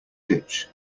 ditch